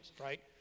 right